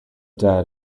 dead